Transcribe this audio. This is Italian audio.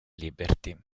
liberty